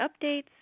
updates